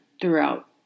throughout